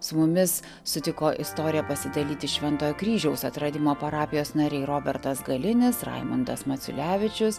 su mumis sutiko istorija pasidalyti šventojo kryžiaus atradimo parapijos nariai robertas galinis raimundas maciulevičius